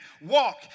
walk